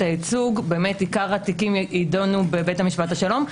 הייצוג עיקר התיקים יידונו בבית משפט השלום.